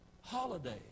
holiday